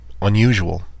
unusual